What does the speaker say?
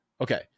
Okay